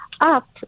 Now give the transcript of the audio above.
up